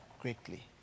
greatly